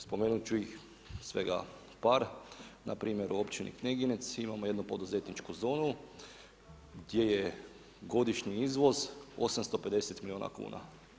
Spomenuti ću ih svega par, npr. u općini Kneginec imamo jednu poduzetničku zonu gdje je godišnji izvoz 850 milijuna kuna.